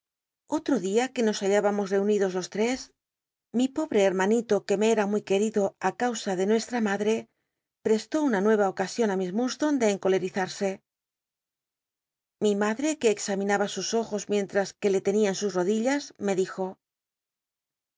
otro dio que ntls hallábamos reunidos jos tres mi pobre hermanito que me era muy querid o i causa de nuestra madre prestó una nueva oca ion ü miss ltu h one de cncolel'izarse i madre que examinaba sus ojos mientms que lo tenia en su rodillas me dijo